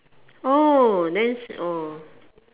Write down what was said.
oh then oh